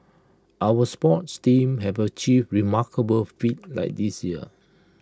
our sports teams have achieved remarkable feats that this year